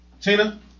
Tina